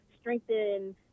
strengthen –